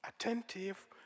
Attentive